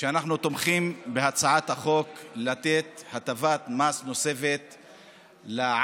שאנחנו תומכים בהצעת החוק לתת הטבת מס נוספת לעכא,